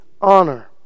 honor